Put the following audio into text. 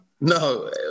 No